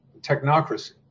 technocracy